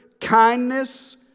Kindness